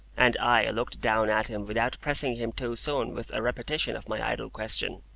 and i looked down at him without pressing him too soon with a repetition of my idle question.